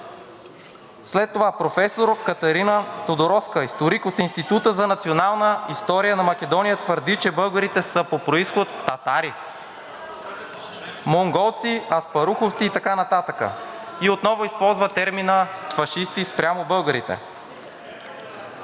След това професор Катерина Тодороска, историк от Института за национална история на Македония, твърди, че българите са по произход татари, монголци, аспаруховци и така нататък и отново използва термина „фашисти“ спрямо българите.